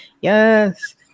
yes